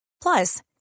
Plus